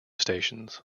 stations